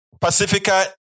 Pacifica